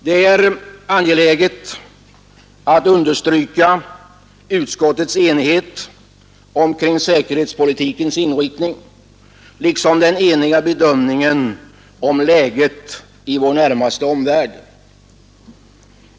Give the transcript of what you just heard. Det är angeläget att understryka utskottets enighet omkring säkerhetspolitikens inriktning liksom den eniga bedömningen av läget i vår närmaste omvärld.